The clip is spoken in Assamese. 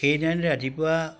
সেইদিনা ৰাতিপুৱা